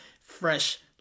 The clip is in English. fresh